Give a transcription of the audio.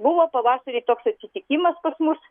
buvo pavasarį toks atsitikimas pas mus